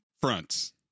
fronts